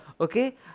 okay